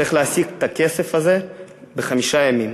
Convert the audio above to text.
צריך להשיג את הכסף הזה בחמישה ימים.